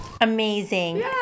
Amazing